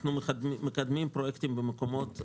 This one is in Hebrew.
אנחנו מקדמים פרויקטים במקומות אחרים.